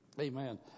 Amen